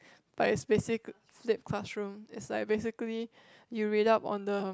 but it's basic flip classroom is like basically you read up on the